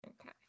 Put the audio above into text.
Okay